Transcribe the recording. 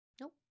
Nope